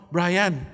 Brian